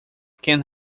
can